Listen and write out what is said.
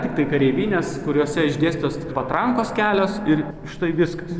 tiktai kareivinės kuriose išdėstytos patrankos kelios ir štai viskas